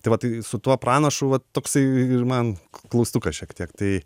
tai va tai su tuo pranašu vat toksai ir man klaustukas šiek tiek tai